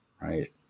Right